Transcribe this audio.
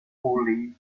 wholly